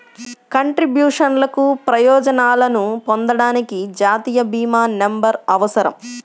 కంట్రిబ్యూషన్లకు ప్రయోజనాలను పొందడానికి, జాతీయ భీమా నంబర్అవసరం